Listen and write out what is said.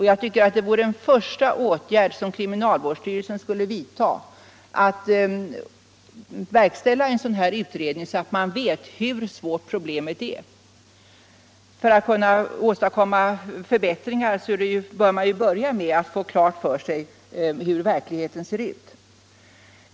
Jag tycker att den första åtgärd som kriminalvårdsstyrelsen borde vidta vore att genomföra en utredning, så att man får veta hur omfattande problemet är. Om man skall åstadkomma förbättringar, bör man ju börja med att göra klart för sig hur verkligheten ser ut.